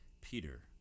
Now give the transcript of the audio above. Peter